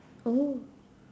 oh